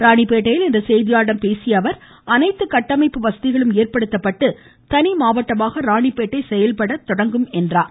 இராணிப்பேட்டையில் இன்று செய்தியாளர்களிடம் பேசிய அவர் அனைத்து கட்டமைப்பு வசதிகளும் ஏற்படுத்தப்பட்டு தனி மாவட்டமாக இராணிப்பேட்டை செயல்படத் தொடங்கும் என்றார்